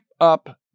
up